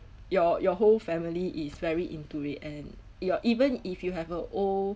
your your whole family is very into it and your even if you have a old